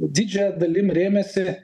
didžia dalim rėmėsi